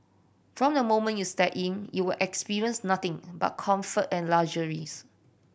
from the moment you step in you will experience nothing but comfort and luxuries